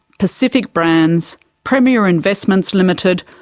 pacific brands, premier investments ltd,